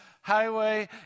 highway